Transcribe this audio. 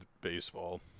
baseball